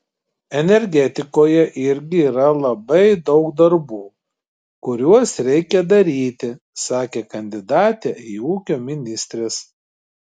energetikoje irgi yra labai daug darbų kuriuos reikia daryti sakė kandidatė į ūkio ministres